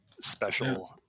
special